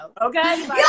okay